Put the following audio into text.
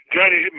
Johnny